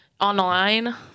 online